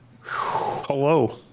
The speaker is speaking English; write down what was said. Hello